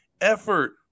effort